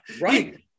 Right